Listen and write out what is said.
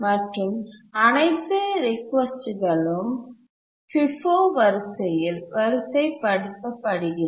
மற்றும் அனைத்து ரிக்வெஸ்ட்களும் FIFO வரிசையில் வரிசைப்படுத்தப்படுகின்றன